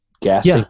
Gas